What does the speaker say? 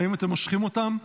האם אתם מושכים אותם?